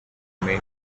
may